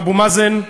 אבו מאזן,